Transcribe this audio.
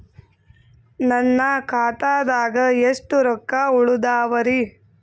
ನನ್ನ ಖಾತಾದಾಗ ಎಷ್ಟ ರೊಕ್ಕ ಉಳದಾವರಿ?